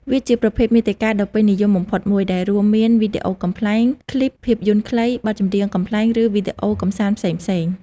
វាជាប្រភេទមាតិកាដ៏ពេញនិយមបំផុតមួយ ដែលរួមមានវីដេអូកំប្លែង ខ្លីប ភាពយន្តខ្លី បទចម្រៀងកំប្លែង ឬវីដេអូកម្សាន្តផ្សេងៗ។